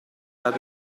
grado